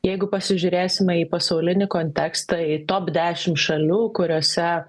jeigu pasižiūrėsime į pasaulinį kontekstą į top dešimt šalių kuriose